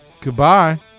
Goodbye